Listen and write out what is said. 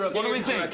what do we think?